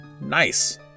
Nice